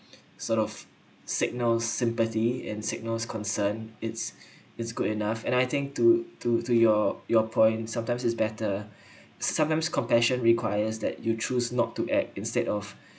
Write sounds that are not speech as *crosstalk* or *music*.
sort of signals sympathy and signals concern it's it's good enough and I think to to to your your point sometimes is better *breath* sometimes compassion requires that you choose not to act instead of